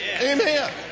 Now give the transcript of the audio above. Amen